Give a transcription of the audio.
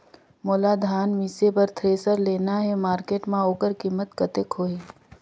मोला धान मिसे बर थ्रेसर लेना हे मार्केट मां होकर कीमत कतेक होही?